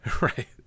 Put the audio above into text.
right